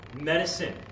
medicine